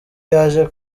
yaje